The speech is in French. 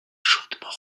chaudement